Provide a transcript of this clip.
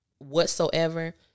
whatsoever